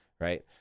Right